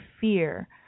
fear